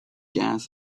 gas